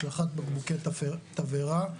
השלכת בקבוקי תבערה,